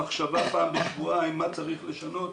המחשבה פעם בשבועיים מה צריך לשנות,